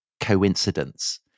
coincidence